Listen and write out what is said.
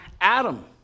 Adam